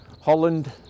Holland